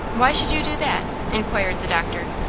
why should you do that? enquired the doctor,